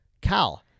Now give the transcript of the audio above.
Cal